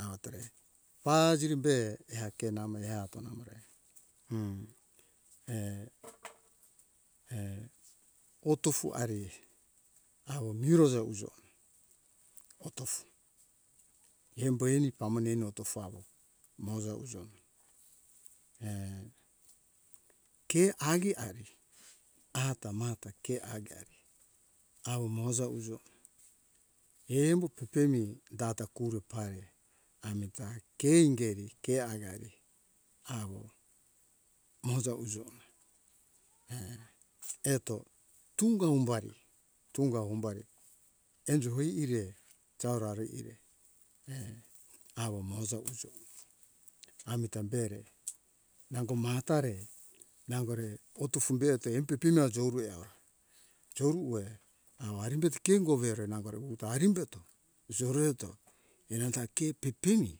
awo tore paziri be ekenamo eatona hm err err otofu ari awo miro jau ujo otofu embo eni pamone ino otofu awo moza ujo na err ke agi ari ata mata ke agari awo moza uzo embo pepemi data kuro pari amita ke ingeri ke agari awo moza ujo err eto tunga umbari tunga umbari enjo oi ire jau rare ire err awo moza ujo re amita bere nango maha tare nangore potufu be te em pepemie jourue aura joru we awa arimbeto ke ingovere nangore uta arimbeto jorere eto enanta ke pepemi